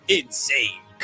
insane